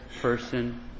person